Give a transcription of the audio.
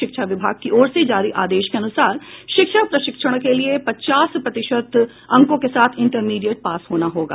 शिक्षा विभाग की ओर से जारी आदेश के अनुसार शिक्षक प्रशिक्षण के लिये पचास प्रतिशत अंको के साथ इंटरमीडिएट पास होना होगा